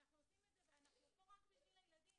אנחנו עושים את זה ואנחנו פה רק בשביל הילדים.